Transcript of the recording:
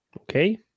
okay